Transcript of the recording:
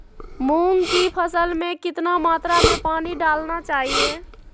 मूंग की फसल में कितना मात्रा में पानी डालना चाहिए?